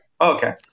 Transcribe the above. Okay